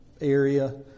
area